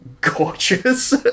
gorgeous